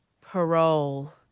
parole